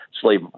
slave